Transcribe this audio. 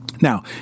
Now